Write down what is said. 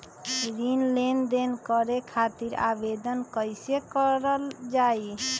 ऋण लेनदेन करे खातीर आवेदन कइसे करल जाई?